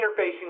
interfacing